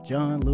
John